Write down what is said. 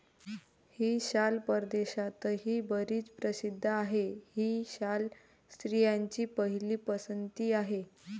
ही शाल परदेशातही बरीच प्रसिद्ध आहे, ही शाल स्त्रियांची पहिली पसंती आहे